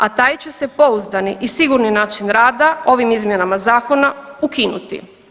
A taj će se pouzdani i sigurni način rada ovim izmjenama zakona ukinuti.